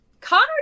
Connor